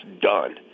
done